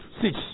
six